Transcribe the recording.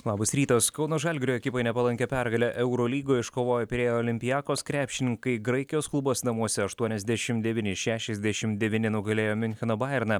labas rytas kauno žalgirio ekipai nepalankią pergalę eurolygoje iškovojo pirėjo olympiakos krepšininkai graikijos klubas namuose aštuoniasdešim devyni šešiasdešim devyni nugalėjo miuncheno bajerną